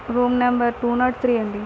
room number two not three అండి